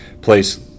place